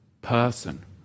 person